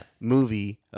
movie